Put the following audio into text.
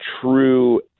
true